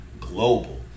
Global